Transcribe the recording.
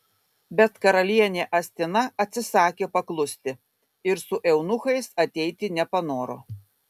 bet karalienė astina atsisakė paklusti ir su eunuchais ateiti nepanoro